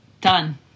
Done